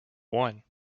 one